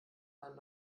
einen